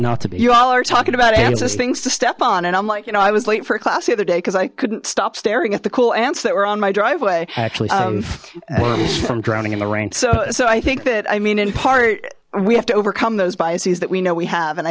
not you all are talking about ancestors to step on and i'm like you know i was late for a class the other day because i couldn't stop staring at the cool ants that were on my driveway actually so i'm drowning in the rain so so i think that i mean in part we have to overcome those biases that we know we have and i